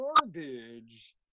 garbage